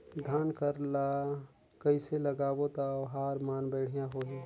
धान कर ला कइसे लगाबो ता ओहार मान बेडिया होही?